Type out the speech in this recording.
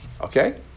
okay